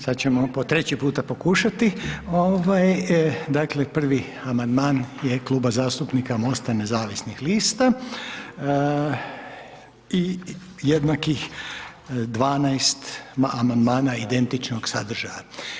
sad ćemo po treći puta pokušati ovaj, dakle prvi amandman je Kluba zastupnika MOST-a nezavisnih lista, i jednakih 12 amandmana identičnog sadržaja.